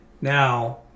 now